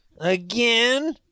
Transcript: Again